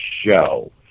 show